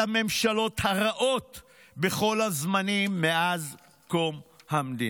הממשלות הרעות בכל הזמנים מאז קום המדינה.